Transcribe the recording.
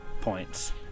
points